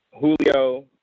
Julio